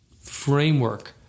framework